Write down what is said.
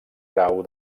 grau